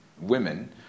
women